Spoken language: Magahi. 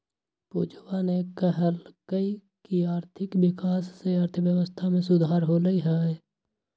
पूजावा ने कहल कई की आर्थिक विकास से अर्थव्यवस्था में सुधार होलय है